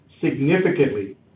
significantly